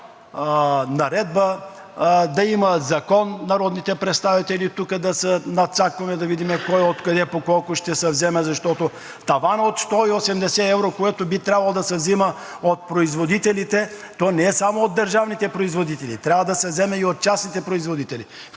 наредба, да има закон, народните представители тук да се надцакваме, да видим кой откъде по колко ще се вземе, защото таванът от 180 евро, което би трябвало да се взема от производителите, то не е само от държавните производители, трябва да се вземе и от частните производители.